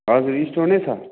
हजुर स्टोनै छ